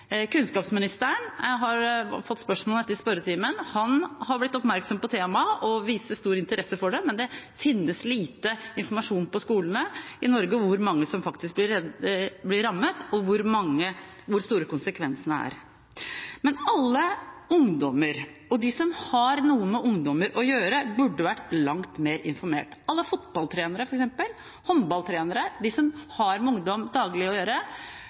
Kunnskapsministeren har fått spørsmål om dette i spørretimen. Han har blitt oppmerksom på temaet og viser stor interesse for det, men det finnes lite informasjon på skolene i Norge over hvor mange som faktisk blir rammet, og hvor store konsekvensene er. Men alle ungdommer, og de som har noe med ungdommer å gjøre, burde vært langt mer informert, f.eks. alle fotballtrenere, håndballtrenere, de som daglig har med ungdom å gjøre.